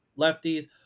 Lefties